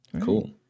Cool